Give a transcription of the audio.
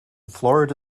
florida